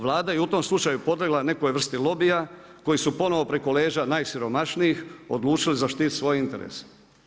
Vlada je i u tom slučaju podlegla nekoj vrsti lobija koji su ponovno preko leđa najsiromašnijih odlučili zaštiti svoje interese.